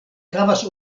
havas